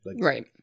Right